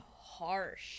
harsh